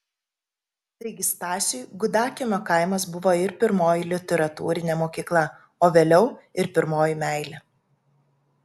taigi stasiui gudakiemio kaimas buvo ir pirmoji literatūrinė mokykla o vėliau ir pirmoji meilė